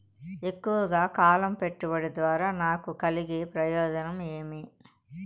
ఎక్కువగా కాలం పెట్టుబడి ద్వారా నాకు కలిగే ప్రయోజనం ఏమి?